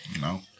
No